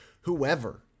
whoever